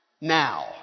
now